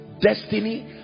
destiny